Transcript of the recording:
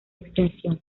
extensión